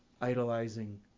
idolizing